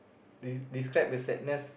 des~ describe the sadness